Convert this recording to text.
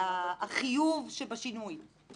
החיוב שבשינוי.